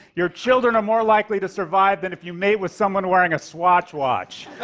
your children are more likely to survive than if you mate with someone wearing a swatch watch.